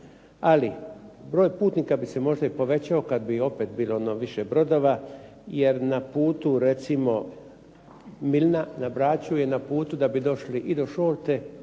Ali, broj putnika bi se možda i povećao kad bi opet bilo ono više brodova, jer na putu recimo, Milna na Braču je na putu da bi došli i do Šolte